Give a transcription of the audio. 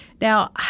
Now